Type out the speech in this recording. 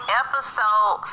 episode